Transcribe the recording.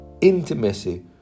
intimacy